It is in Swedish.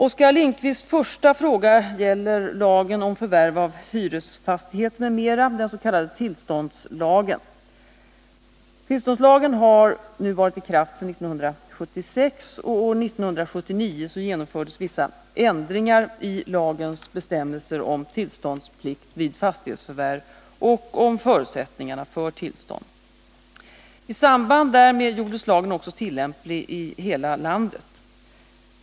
Oskar Lindkvists första fråga gäller lagen om förvärv av hyresfastighet m.m., den s.k. tillståndslagen. Tillståndslagen har nu varit i kraft sedan 1976. År 1979 genomfördes vissa ändringar i lagens bestämmelser om tillståndsplikt vid fastighetsförvärv och om förutsättningarna för tillstånd. I samband därmed gjordes lagen också tillämplig i hela landet.